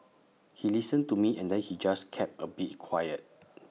he listened to me and then he just kept A bit quiet